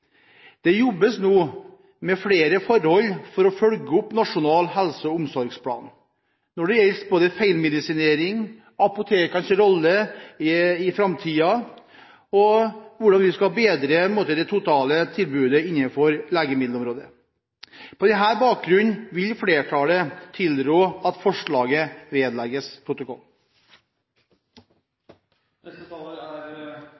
Det jobbes nå med flere forhold for å følge opp Nasjonal helse- og omsorgsplan når det gjelder både feilmedisinering, apotekenes rolle i framtiden og hvordan vi skal bedre det totale tilbudet innenfor legemiddelområdet. På denne bakgrunn vil flertallet tilrå at forslaget vedlegges protokollen.